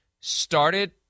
Started